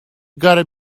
gotta